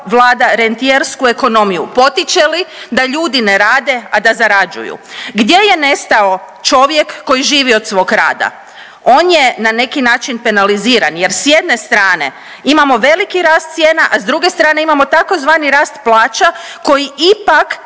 Vlada rentijersku ekonomiju? Potiče li da ljudi ne rade, a da zarađuju? Gdje je nestao čovjek koji živi od dvog rada? On je na neki način penaliziran jer s jedne strane imamo veliki rast cijena, a s druge strane imamo tzv. rast plaća koji ipak